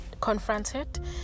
confronted